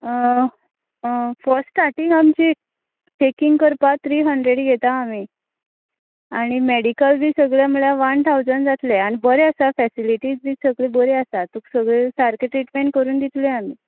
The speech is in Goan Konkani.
फस स्टाटींग आमचें चेकींग करपा त्री हंड्रेड घेता आमी आनी मॅडिकल बी सगळें म्हळ्या वन ठावजण जातले आनी बरें आसा फॅसिलिटीज बी सगळी बरें आसा तुका सगळें सारकें ट्रिटमॅण करून दितले आमी